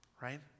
right